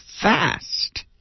fast